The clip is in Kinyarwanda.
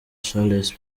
charles